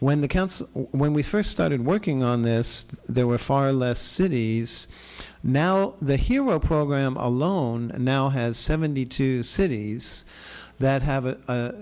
council when we first started working on this there were far less cities now the hero program alone now has seventy two cities that have